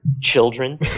children